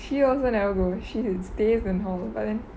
she also never go she stays in hall but then